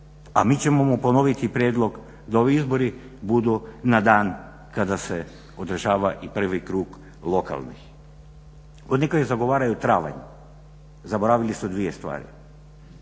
a mi ćemo mu ponoviti prijedlog da ovi izbori budu na dan kada se održava i prvi krug lokalnih. Oni koji zagovaraju travanja, zaboravili su dvije stvari